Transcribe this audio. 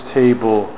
table